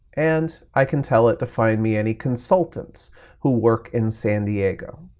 and i can tell it to find me any consultants who work in san diego.